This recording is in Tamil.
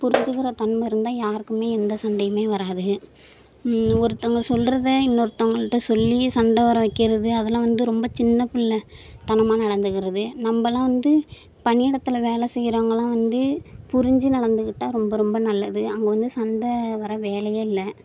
புரிஞ்சுக்கிற தன்மை இருந்தால் யாருக்குமே எந்த சண்டையுமே வராது ஒருத்தவங்க சொல்கிறத இன்னொருத்தவங்கள்கிட்ட சொல்லி சண்டை வர வைக்கிறது அதெலாம் வந்து ரொம்ப சின்னப்பிள்ள தனமாக நடந்துக்கிறது நம்மளாம் வந்து பணியிடத்தில் வேலை செய்கிறவங்களாம் வந்து புரிஞ்சு நடந்துக்கிட்டால் ரொம்ப ரொம்ப நல்லது அங்கே வந்து சண்டை வர வேலையே இல்லை